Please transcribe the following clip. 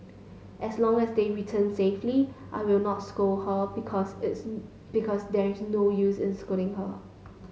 as long as they return safely I will not scold her because this because there is no use in scolding her